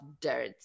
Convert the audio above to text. dirt